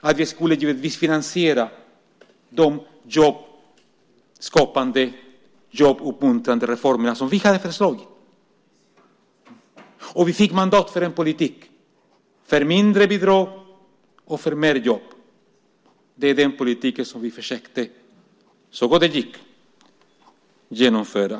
att vi givetvis skulle finansiera de jobbskapande, jobbuppmuntrande reformer som vi hade föreslagit. Vi fick mandat för en politik för mindre bidrag och mer jobb. Det var den politiken som vi, så gott det gick, försökte genomföra.